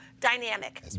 dynamic